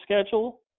schedule